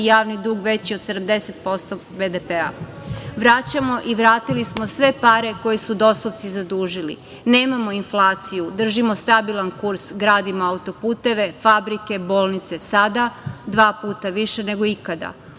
javni dug veći od 70% BDP-a. Vraćamo i vratili smo sve pare koje su dosovci zadužili, nemamo inflaciju, držimo stabilan kurs, gradimo autoputeve, fabrike, bolnice sada dva puta više nego ikada.